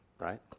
Right